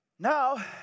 Now